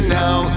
now